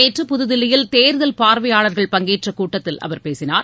நேற்று புதுதில்லியில் தேர்தல் பார்வையாளர்கள் பங்கேற்றகூட்டத்தில் அவர் பேசினார்